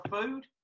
food